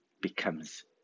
becomes